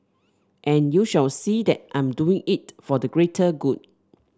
and you shall see that I'm doing it for the greater good